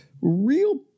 real